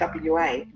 WA